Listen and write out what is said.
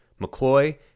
McCloy